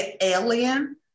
alien